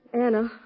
Anna